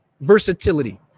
versatility